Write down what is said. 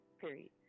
Period